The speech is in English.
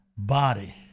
Body